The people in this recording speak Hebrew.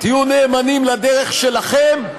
תהיו נאמנים לדרך שלכם,